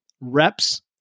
reps